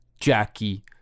Jackie